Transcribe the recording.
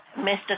Mr